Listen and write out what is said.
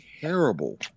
terrible